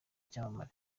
icyamamare